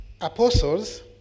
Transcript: apostles